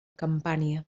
campània